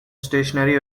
stationary